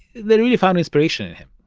they really found inspiration in him